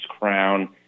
crown